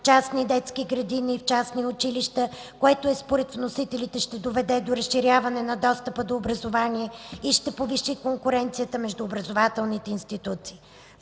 в частните детски градини и в частните училища, което според вносителите ще доведе до разширяване на достъпа до образование и ще повиши конкуренцията между образователните институции.